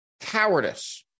cowardice